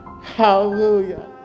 Hallelujah